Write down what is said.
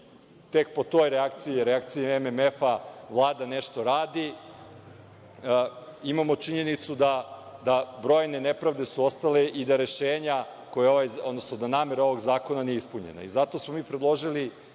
tek po toj reakciji je, reakciji MMF-a, Vlada nešto radi. Imamo činjenicu da brojne nepravde su ostale i da rešenja, odnosno da namera ovog zakona nije ispunjena i zato smo mi predložili